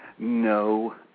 No